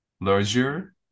larger